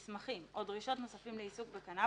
מסמכים או דרישות נוספים לעיסוק בקנבוס,